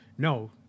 No